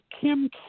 Kim